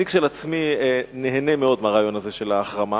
אני, כשלעצמי, נהנה מאוד מהרעיון הזה של ההחרמה.